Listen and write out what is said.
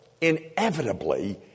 inevitably